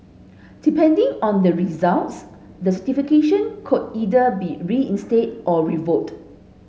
depending on the results this defecation could either be reinstated or revoked